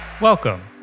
welcome